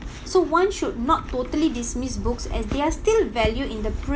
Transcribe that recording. so one should not totally dismiss books as they are still valued in the